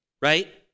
Right